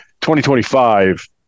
2025